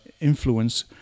influence